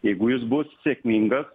jeigu jis bus sėkmingas